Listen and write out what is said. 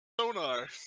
Sonar